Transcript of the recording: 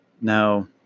Now